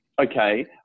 Okay